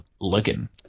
looking